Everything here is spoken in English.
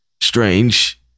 strange